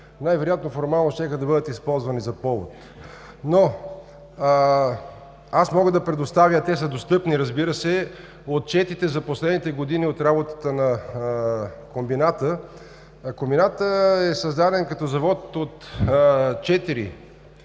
Най-вероятно формално щяха да бъдат използвани за повод. Аз мога да предоставя, а те са достъпни, разбира се, отчетите за последните години от работата на комбината. Комбинатът е създаден като конгломерат от четири